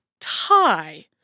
tie